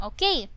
Okay